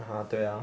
(uh huh) 对 ah